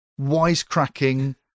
wisecracking